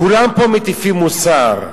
כולם פה מטיפים מוסר.